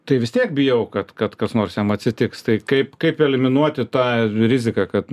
tai vis tiek bijau kad kad kas nors jam atsitiks tai kaip kaip eliminuoti tą riziką kad